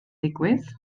digwydd